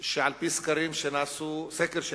שעל-פי סקר שנעשה